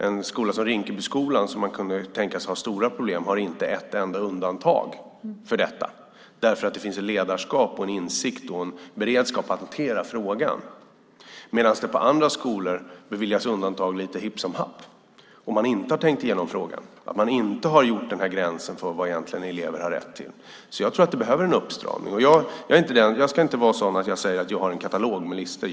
En skola som Rinkebyskolan som kunde tänkas ha stora problem har inte ett enda undantag för detta, för det finns ett ledarskap, en insikt och en beredskap att hantera frågan. På andra skolor beviljas det undantag lite hipp som happ, och man har inte tänkt igenom frågan. Man har inte satt gränsen för vad elever har rätt till. Jag tror alltså att det behövs en uppstramning. Jag ska inte säga att jag har en katalog med listor.